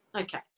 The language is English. Okay